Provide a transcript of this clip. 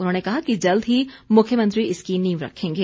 उन्होंने कहा कि जल्द ही मुख्यमंत्री इसकी नींव रखेंगे